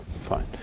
Fine